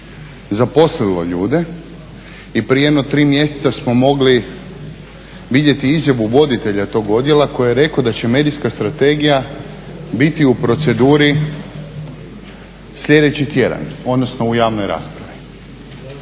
zaposlilo ljude i prije jedno tri mjeseca smo mogli vidjeti izjavu voditelja tog odjela koji je rekao da će medijska strategija biti u proceduri sljedeći tjedan odnosno u javnoj raspravi.